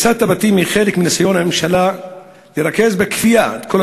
הריסת הבתים היא חלק מניסיון הממשלה לרכז בכפייה את כל